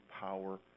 power